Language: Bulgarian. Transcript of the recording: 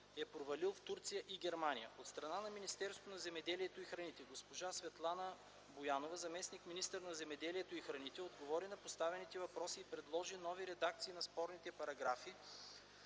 е провалил в Турция и в Германия. От страна на Министерството на земеделието и храните госпожа Светлана Боянова – заместник-министър на земеделието и храните, отговори на поставените въпроси и предложи нови редакции на спорните параграфи,